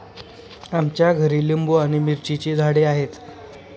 आमच्या घरी लिंबू आणि मिरचीची झाडे आहेत